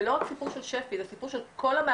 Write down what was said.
זה לא רק סיפור של שפ"י, זה סיפור של כל המערכת.